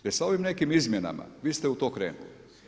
Jer sa ovim nekim izmjenama vi ste u to krenuli.